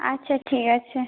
আচ্ছা ঠিক আছে